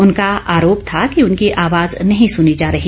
उनका आरोप था कि उनकी आवाज नहीं सुनी जा रही